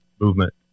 movement